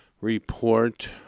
report